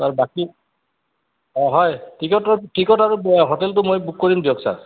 R বাকী অঁ হয় টিকটৰ টিকট আৰু হোটেলটো মই বুক কৰিম দিয়ক ছাৰ